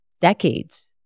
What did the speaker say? decades